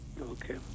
okay